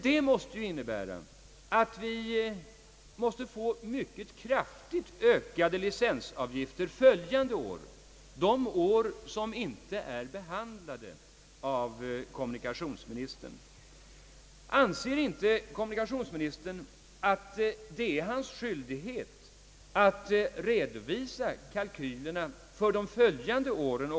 Det måste ju innebära att vi måste få mycket kraftigt ökade licensavgifter de följande åren, de år som inte är behandlade av kommunikationsministern. Anser inte kommunikationsministern att det är hans skyldighet att redovisa kalkylerna även för de följande åren?